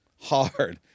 hard